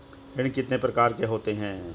ऋण कितने प्रकार के होते हैं?